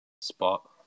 spot